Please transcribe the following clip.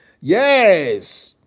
Yes